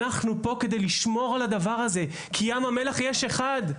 אנחנו פה כדי לשמור על הדבר הזה כי ים המלח יש אחד.